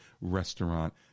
Restaurant